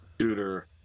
shooter